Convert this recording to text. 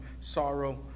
sorrow